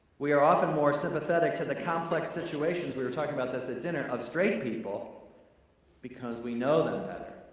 we are often more sympathetic to the complex situations, we were talking about this at dinner, of straight people because we know them better.